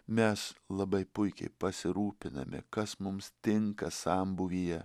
mes labai puikiai pasirūpiname kas mums tinka sambūvyje